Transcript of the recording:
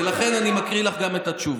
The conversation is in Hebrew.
לכן אני גם מקריא לך את התשובה: